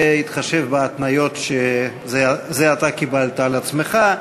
בהתחשב בהתניות שזה עתה קיבלת על עצמך.